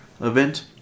event